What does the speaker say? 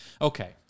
Okay